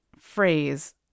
phrase